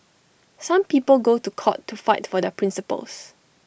some people go to court to fight for their principles